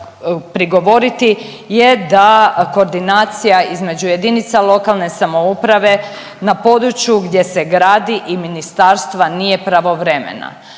prigovoriti je da koordinacija između jedinica lokalne samouprave na području gdje se gradi i ministarstva nije pravovremena.